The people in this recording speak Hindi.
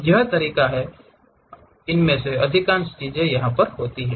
यही तरीका है कि इनमें से अधिकांश चीजें होती हैं